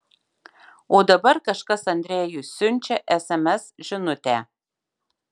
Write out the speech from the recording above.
o dabar kažkas andrejui siunčia sms žinutę